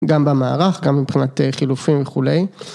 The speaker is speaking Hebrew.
גם במערך, גם מבחינת חילופים וכולי.